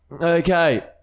Okay